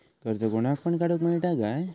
कर्ज कोणाक पण काडूक मेलता काय?